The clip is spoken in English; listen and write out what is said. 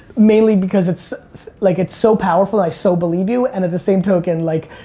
mainly because it's like it's so powerful, i so believe you. and at the same token like,